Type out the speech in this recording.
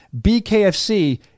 BKFC